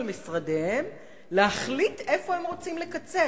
משרדיהם להחליט איפה הם רוצים לקצץ?